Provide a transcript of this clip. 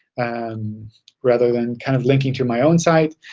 and rather than kind of linking to my own site.